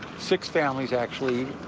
six families actually.